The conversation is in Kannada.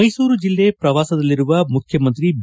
ಮೈಸೂರು ಜಿಲ್ಲಾ ಪ್ರವಾಸದಲ್ಲಿರುವ ಮುಖ್ಯಮಂತ್ರಿ ಬಿ